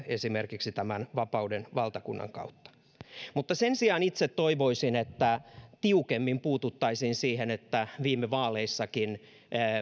esimerkiksi tämän vapaiden valtakunnan kautta arvoisa puhemies sen sijaan itse toivoisin että tiukemmin puututtaisiin siihen että viime vaaleissakin